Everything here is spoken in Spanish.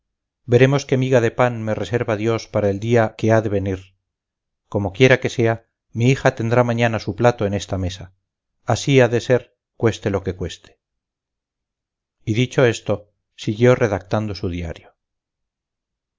veremos qué miga de pan me reserva dios para el día que ha de venir como quiera que sea mi hija tendrá mañana su plato en esta mesa así ha de ser cueste lo que cueste y dicho esto siguió redactando su diario